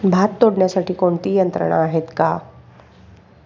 भात तोडण्यासाठी कोणती यंत्रणा आहेत का?